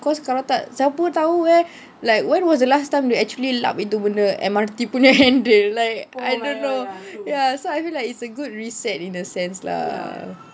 cause kalau tak siapa tahu eh like when was the last time you actually lap itu benda M_R_T punya handle like I don't know ya so I feel like it's a good reset in a sense lah